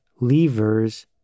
levers